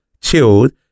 chilled